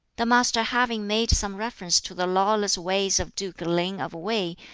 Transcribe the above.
the master having made some reference to the lawless ways of duke ling of wei,